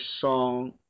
song